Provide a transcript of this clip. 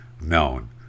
known